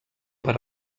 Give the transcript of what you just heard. per